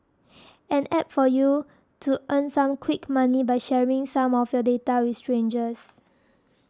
an App for you to earn some quick money by sharing some of your data with strangers